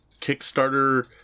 Kickstarter